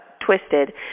twisted